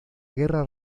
guerra